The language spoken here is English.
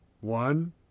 One